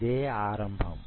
ఇదే ఆరంభం